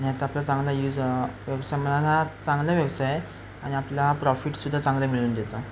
आणि याचा आपला चांगला यूज व्यवसाय मिळाला चांगला व्यवसाय आहे आणि आपला प्रॉफिटसुद्धा चांगलं मिळवून देतो